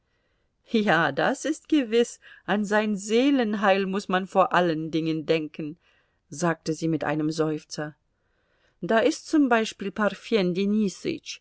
ja das ist gewiß an sein seelenheil muß man vor allen dingen denken sagte sie mit einem seufzer da ist zum beispiel